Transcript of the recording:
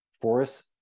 forests